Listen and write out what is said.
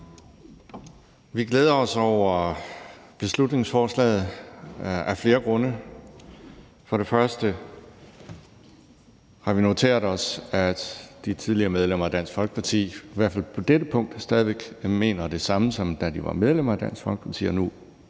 Vi glæder os over beslutningsforslaget af flere grunde. For det første har vi noteret os, at de tidligere medlemmer af Dansk Folkeparti i hvert fald på dette punkt stadig væk mener det samme nu, hvor de er medlemmer af Danmarksdemokraterne,